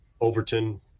Overton